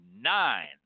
nine